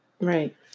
right